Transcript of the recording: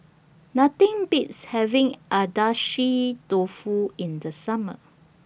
Nothing Beats having Agedashi Dofu in The Summer